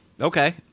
Okay